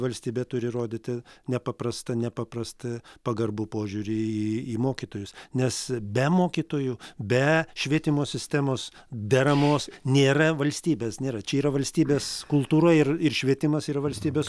valstybė turi rodyti nepaprasta nepaprasta pagarbų požiūrį į mokytojus nes be mokytojų be švietimo sistemos deramos nėra valstybės nėra čia yra valstybės kultūra ir ir švietimas ir valstybės